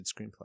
screenplay